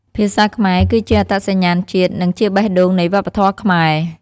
ភាសាខ្មែរគឺជាអត្តសញ្ញាណជាតិ និងជាបេះដូងនៃវប្បធម៌ខ្មែរ។